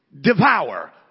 devour